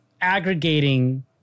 aggregating